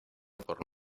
por